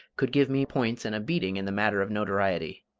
could give me points and a beating in the matter of notoriety.